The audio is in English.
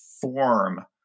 form